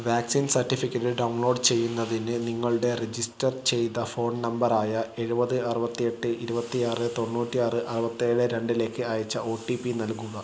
vaccine certificate download ചെയ്യുന്നതിന് നിങ്ങളുടെ register ചെയ്ത ഫോൺ നമ്പർ ആയ എഴുപത് അറുപത്തിയെട്ട് ഇരുപത്തിയാറ് തൊണ്ണൂറ്റിയാറ് അറുപത്തിയേഴ് രണ്ടിലേക്ക് അയച്ച ഒ ടി പി നൽകുക